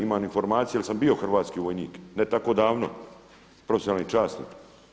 Imam informaciju jer sam bio hrvatski vojnik, ne tako davno, profesionalni časnik.